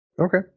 okay